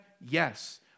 Yes